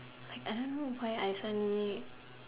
like I don't know why I send me